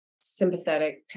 sympathetic